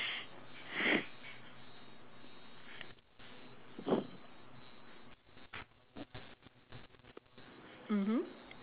mmhmm